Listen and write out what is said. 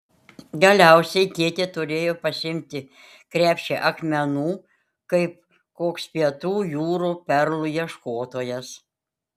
galiausiai tėtė turėjo pasiimti krepšį akmenų kaip koks pietų jūrų perlų ieškotojas